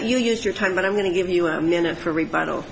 you used your time but i'm going to give you a minute for rebuttal